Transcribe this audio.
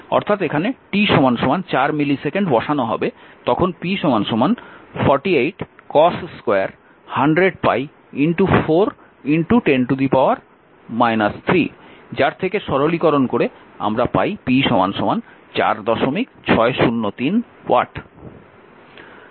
অর্থাৎ এখানে t 4 millisecond বসানো হবে তখন p 48 cos2 100π 410 3 যার থেকে সরলীকরণ করে আমরা পাই p 4603 ওয়াট